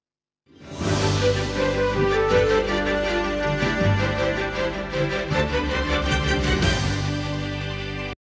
дякую.